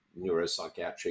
neuropsychiatric